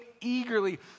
eagerly